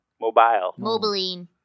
Mobile